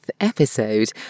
episode